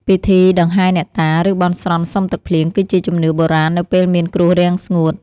ពិធីដង្ហែអ្នកតា ឬបន់ស្រន់សុំទឹកភ្លៀង គឺជាជំនឿបុរាណនៅពេលមានគ្រោះរាំងស្ងួត។